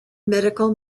medical